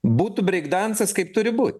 būtų breikdansas kaip turi būt